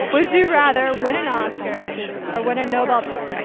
would you rather win an oscar or win a nobel prize?